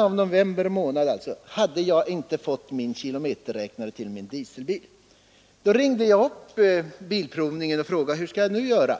av november månad hade jag ännu inte fått kilometerräknaren till min dieselbil. Jag ringde upp bilprovningsanstalten och frågade: — Hur skall jag nu göra?